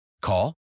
Call